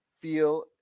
feel